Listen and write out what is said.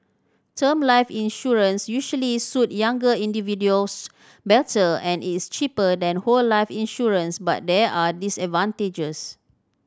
term life insurance usually suit younger individuals better as it's cheaper than whole life insurance but there are disadvantages